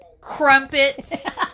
crumpets